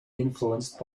influenced